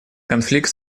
конфликт